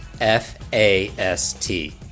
F-A-S-T